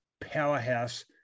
powerhouse